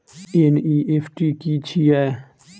NEFT की छीयै?